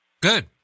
Good